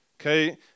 okay